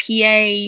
PA